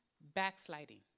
backsliding